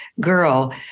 girl